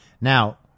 Now